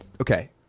Okay